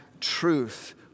truth